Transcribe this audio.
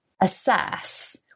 assess